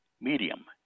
medium